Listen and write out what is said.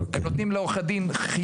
אלא נותנים את זה לעורכי דין חיצוניים.